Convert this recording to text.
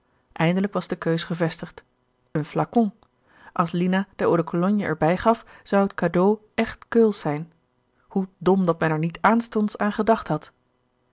eindelijk was de keus gevestigd een flacon als lina de eau-de-cologne er bij gaf zou het cadeau echt keulsch ijn hoe dom dat men er niet aanstonds aan gedacht had